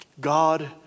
God